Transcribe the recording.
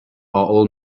all